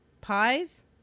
Pies